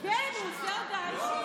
כן, הוא רוצה הודעה אישית.